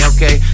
Okay